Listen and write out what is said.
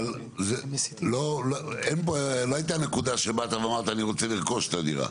אבל לא הייתה נקודה שבאת ואמרת שאתה רוצה לרכוש את הדירה.